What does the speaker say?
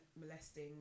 molesting